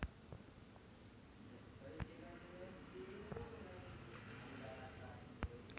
ठिबक सिंचन पद्धतीमध्ये मुळाशी असलेल्या छोट्या पाईपद्वारे संथ गतीने पिकाला पाणी दिले जाते